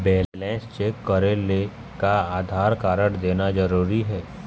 Balance check करेले का Aadhaar card देना जरूरी हे?